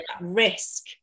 risk